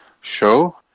Show